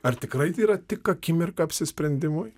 ar tikrai tai yra tik akimirką apsisprendimui